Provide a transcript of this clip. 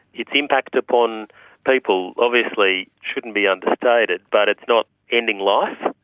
its impact upon people obviously shouldn't be understated, but it's not ending life.